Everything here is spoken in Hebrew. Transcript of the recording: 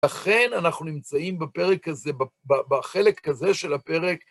ולכן אנחנו נמצאים בפרק הזה, בחלק הזה של הפרק.